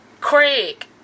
Craig